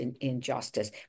injustice